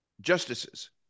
justices